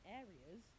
areas